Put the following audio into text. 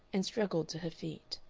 and struggled to her feet.